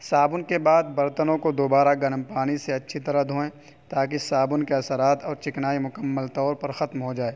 صابن کے بعد برتنوں کو دوبارہ گرم پانی سے اچھی طرح دھوئیں تاکہ صابن کے اثرات اور چکنائی مکمل طور پر ختم ہو جائے